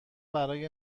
برای